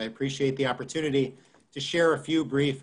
יחסים עם התפוצות זו שאלה של ביטחון